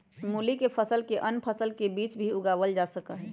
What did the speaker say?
मूली के फसल के अन्य फसलवन के बीच भी उगावल जा सका हई